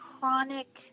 chronic